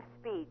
speech